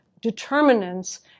determinants